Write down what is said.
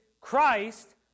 Christ